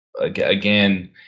Again